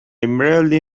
merely